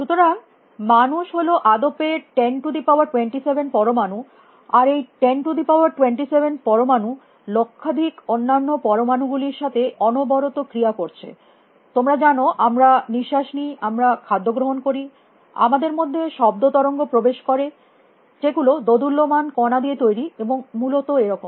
সুতরাং মানুষ হল আদপে 1027 পরমাণু আর এই 1027 পরমাণু লক্ষাধিক অন্যান্য পরমাণু গুলির সাথে অনবরত ক্রিয়া করছে তোমরা জানো আমরা নিশ্বাস নি আমরা খাদ্য গ্রহণ করি আমাদের মধ্যে শব্দ তরঙ্গ প্রবেশ করে যেগুলো দোদুল্যমান কণা দিয়ে তৈরী এবং মূলত এরকম